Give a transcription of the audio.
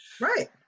Right